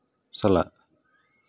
ᱥᱟᱞᱟᱜ